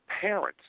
parents